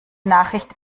nachricht